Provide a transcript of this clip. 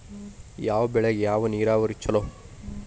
ಯಾವ ಬೆಳಿಗೆ ಯಾವ ನೇರಾವರಿ ಛಲೋ?